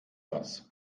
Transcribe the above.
das